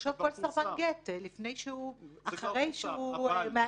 שיחשוב כל סרבן גט על זה גם כן אחרי שהוא מעגן